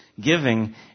Giving